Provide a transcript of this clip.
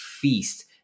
feast